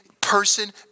person